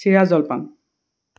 চিৰা জলপান